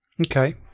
Okay